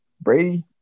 Brady